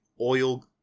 oil